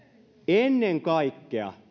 ennen kaikkea